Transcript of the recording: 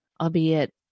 albeit